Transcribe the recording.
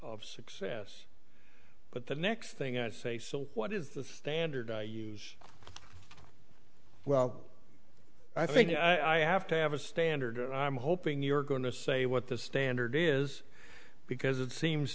of success but the next thing i say so what is the standard i use well i think i have to have a standard and i'm hoping you're going to say what the standard is because it seems